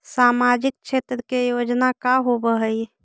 सामाजिक क्षेत्र के योजना का होव हइ?